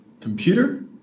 computer